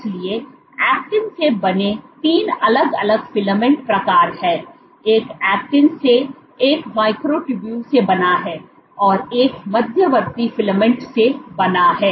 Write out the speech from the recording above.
इसलिए ऐक्टिन से बने 3 अलग अलग फिलामेंट प्रकार हैं एक ऐक्टिन से एक माइक्रोट्यूबल से बना है और एक मध्यवर्ती फिलामेंट से बना है